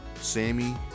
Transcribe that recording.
Sammy